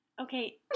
Okay